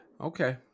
Okay